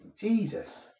Jesus